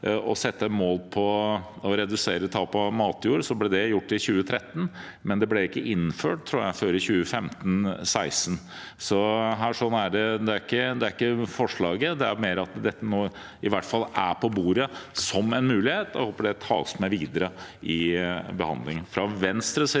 å sette mål for å redusere tapet av matjord, det ble det gjort i 2013, men det ble ikke innført, tror jeg, før i 2015– 2016. Så det er ikke forslaget, det er mer at dette nå i hvert fall er på bordet som en mulighet, og jeg håper det tas med videre i behandlingen.